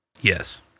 Yes